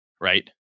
right